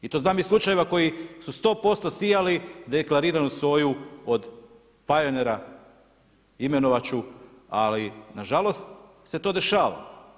I to znam iz slučajeva, koji su 100% sijali deklariranu soju od Pioneera, imenovati ću ali, nažalost, se to dešava.